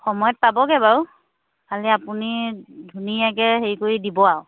সময়ত পাবগৈ বাৰু খালি আপুনি ধুনীয়াকৈ হেৰি কৰি দিব আৰু